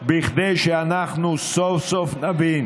כדי שאנחנו סוף-סוף נבין